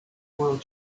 world